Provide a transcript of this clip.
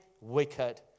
wicked